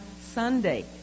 Sunday